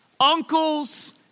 uncles